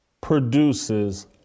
produces